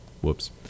Whoops